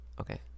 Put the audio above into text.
Okay